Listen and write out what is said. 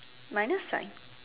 minus sign